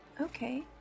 Okay